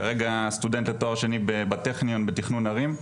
כרגע סטודנט לתואר שני בטכניות בתכנון ערים,